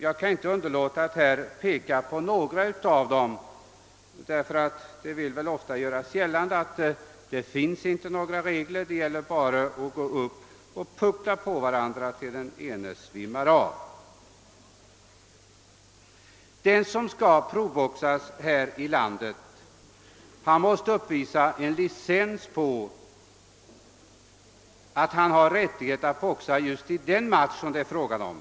Jag kan inte underlåta att peka på några av dessa, eftersom det ofta görs gällande att det inte finns några regler; det gäller bara att gå upp och puckla på varandra tills den ene svimmar av: Den som skall proboxas här i landet måste kunna uppvisa en licens som utvisar att han har rättighet att boxas just i den match som det är fråga om.